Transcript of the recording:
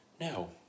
No